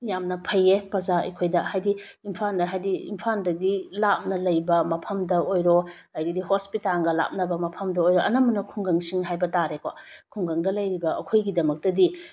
ꯌꯥꯝꯅ ꯐꯩꯌꯦ ꯄ꯭ꯔꯖꯥ ꯑꯩꯈꯣꯏꯗ ꯍꯥꯏꯗꯤ ꯏꯝꯐꯥꯜꯗ ꯍꯥꯏꯗꯤ ꯏꯝꯐꯥꯜꯗꯒꯤ ꯂꯝ ꯂꯥꯞꯅ ꯂꯩꯕ ꯃꯐꯝꯗ ꯑꯣꯏꯔꯣ ꯑꯗꯨꯗꯒꯤꯗꯤ ꯍꯣꯁꯄꯤꯇꯦꯜꯒ ꯂꯥꯞꯅꯕ ꯃꯐꯝꯗ ꯑꯣꯏꯔꯣ ꯑꯅꯝꯕꯅ ꯈꯨꯡꯒꯪꯁꯤꯡ ꯍꯥꯏꯕ ꯇꯥꯔꯦꯀꯣ ꯈꯨꯡꯒꯪꯗ ꯂꯩꯔꯤꯕ ꯑꯩꯈꯣꯏꯒꯤꯗꯃꯛꯇꯗꯤ